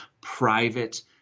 private